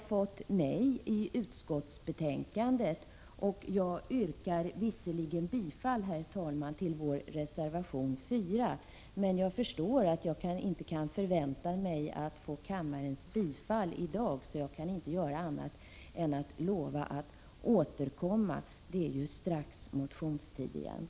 Utskottet har emellertid i betänkandet sagt nej till vår motion. Herr talman! Jag yrkar visserligen bifall till vår reservation 4, men jag förstår att jag inte kan förvänta mig att vinna kammarens bifall till denna reservation i dag. Av den anledningen kan jag inte göra annat än att lova att återkomma. Det är ju strax motionstid igen.